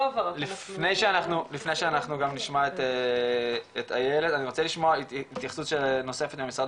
לפני שאנחנו גם נשמע את איילת אני רוצה לשמוע התייחסות נוספת מהמשרד